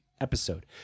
episode